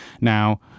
Now